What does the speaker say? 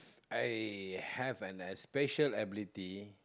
I have an especial ability